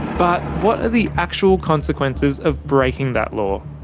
but what are the actual consequences of breaking that law?